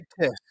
test